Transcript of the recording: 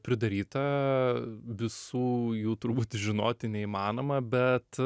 pridaryta visų jų turbūt žinoti neįmanoma bet